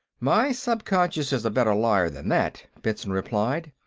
my subconscious is a better liar than that, benson replied.